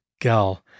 gal